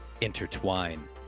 intertwine